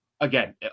again